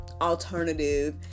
alternative